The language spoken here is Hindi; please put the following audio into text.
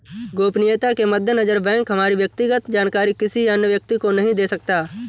गोपनीयता के मद्देनजर बैंक हमारी व्यक्तिगत जानकारी किसी अन्य व्यक्ति को नहीं दे सकता